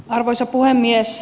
arvoisa puhemies